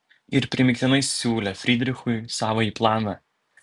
ir primygtinai siūlė frydrichui savąjį planą